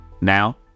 Now